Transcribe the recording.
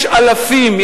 יש אלפים,